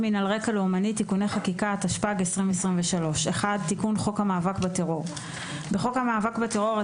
תיקון חוק המאבק בטרור בחוק המאבק בטרור,